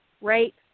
rape